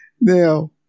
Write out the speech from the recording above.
Now